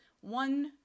One